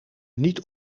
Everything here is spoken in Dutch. niet